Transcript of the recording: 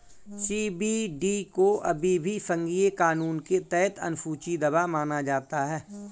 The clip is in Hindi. सी.बी.डी को अभी भी संघीय कानून के तहत अनुसूची दवा माना जाता है